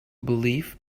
believe